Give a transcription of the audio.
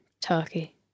turkey